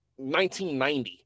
1990